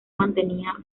mantenía